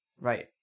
Right